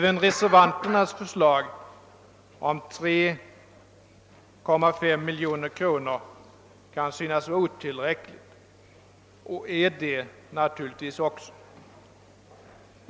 Även reservanternas förslag om 3,5 miljoner kronor kan synas vara otillräckligt och är det naturligtvis också.